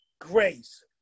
Grace